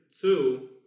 Two